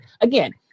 again